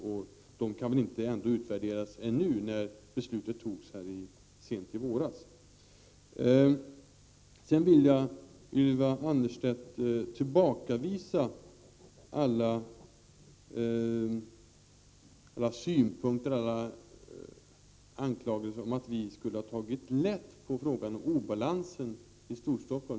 Och de kan väl ändå inte utvärderas än, när beslutet togs sent i våras? Sedan vill jag tillbakavisa Ylva Annerstedts anklagelse om att vi skulle ha tagit lätt på frågan om obalansen i Storstockholm.